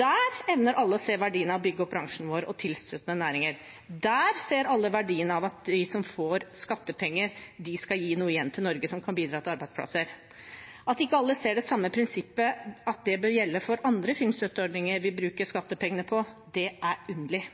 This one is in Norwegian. Der evner alle å se verdien av å bygge opp bransjen vår og tilstøtende næringer. Der ser alle verdien av at de som får skattepenger, skal gi noe igjen til Norge som kan bidra til arbeidsplasser. At ikke alle ser at det samme prinsippet bør gjelde også for andre filmstøtteordninger vi bruker skattepengene på, er underlig.